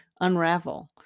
unravel